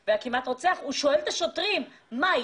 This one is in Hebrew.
ממצפה רמון שאל קודם כול את השוטרים כשעלה לרכב: מה,